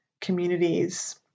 communities